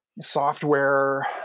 software